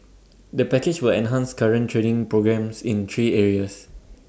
the package will enhance current training programmes in three areas